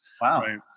Wow